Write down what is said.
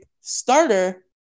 starter